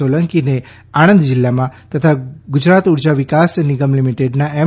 સોલંકીને આણંદ જિલ્લામાં તથા ગુજરાત ઊર્જા વિકાસ નિગમ લિમિટેડના એમ